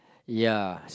ya